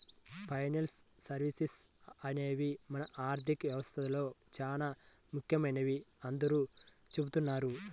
finance services అనేవి మన ఆర్థిక వ్యవస్థలో చానా ముఖ్యమైనవని అందరూ చెబుతున్నారు